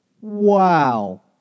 wow